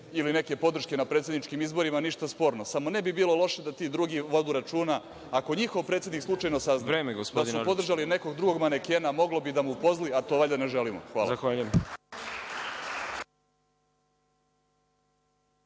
ili neke podrške na predsedničkim izborima, ništa sporno. Samo ne bi bilo loše da ti drugi vode računa, ako njihov predsednik slučajno sazna da su podržali nekog drugog manekena, moglo bi da mu pozli, a to valjda ne želimo.